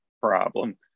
problem